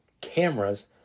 cameras